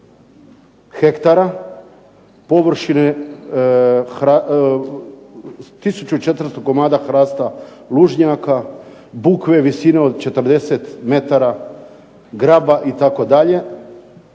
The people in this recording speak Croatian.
hektara površine 1400 komada hrasta lužnjaka, bukve visine od 40 m, graba itd.